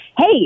Hey